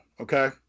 Okay